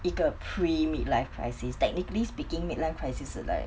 一个 pre mid life crisis technically speaking midlife crisis 是 like